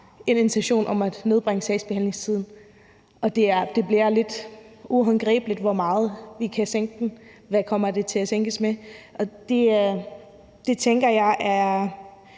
en intention om at nedbringe sagsbehandlingstiden. Det bliver lidt uhåndgribeligt, hvor meget vi kan sænke den – hvad kommer det til at sænkes med? – og det tænker jeg